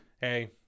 hey